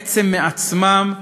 עצם מעצמם,